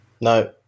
No